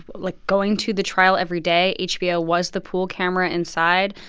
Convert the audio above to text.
but like, going to the trial every day, hbo was the pool camera inside.